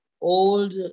old